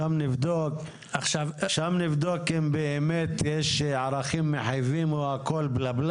שם נבדוק אם באמת יש ערכים מחייבים או הכל שטויות.